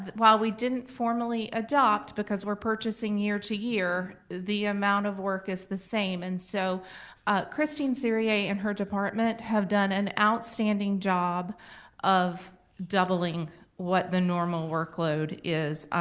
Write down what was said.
while we didn't formerly adopt, because we're purchasing year to year, the amount of work is the same. and so christine seriae and her department have done an outstanding job of doubling what the normal workload is.